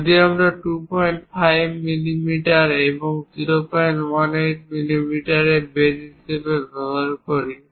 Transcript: যদি আমরা 25 মিলিমিটার এবং 018 মিলিমিটার বেধ হিসাবে ব্যবহার করি